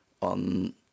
on